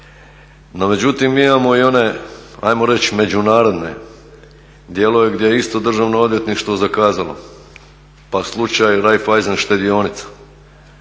No međutim, mi imamo i one hajmo reći međunarodne dijelove gdje je isto Državno odvjetništvo zakazalo pa slučaj Raiffaisen štedionica,